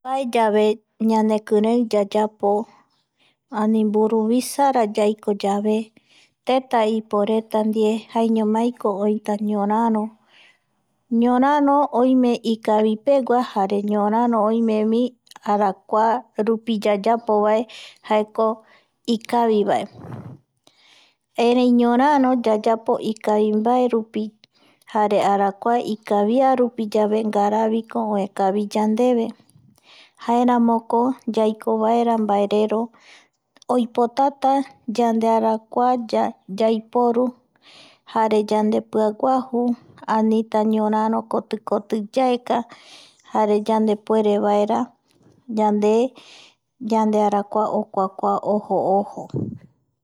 Mbaeyave ñanekirei yayapo ani mburuvisara yaiko yave teta iporeta ndie jaeñomaiko oita ñoraro, ñoraro oime ikavipegua jare ñoraro oimevi arakua rupi yayapovae jaeko ikavivae erei ñoraro yayapo ikavimbaerupi jare arakua ikavia rupi yave ngaraa viko oe kavi yandeve jaeramoko yaiko vaera mbaerero oipotata yandearakua yaiporu jare yandepiaguaju anita ñoraro koti koti yaeka jare yandepuere vaera yande yandearakua okuakua ojo, ojo